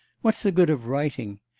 what's the good of writing?